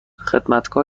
خدمتکار